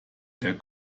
der